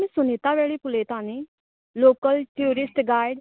तुमी सुनिता वेळीप उलयता न्ही लाॅकल टुरिश्ट गायड